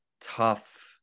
tough